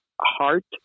heart